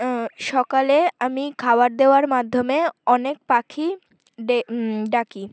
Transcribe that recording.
সকালে আমি খাবার দেওয়ার মাধ্যমে অনেক পাখি ডাকি